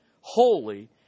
holy